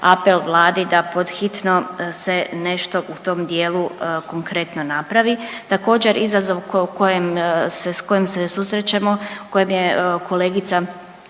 apel Vladi da pod hitno se nešto u tom dijelu konkretno napravi. Također izazov s kojim se susrećemo o kojem je kolegica